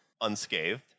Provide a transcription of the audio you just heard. unscathed